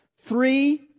three